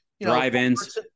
drive-ins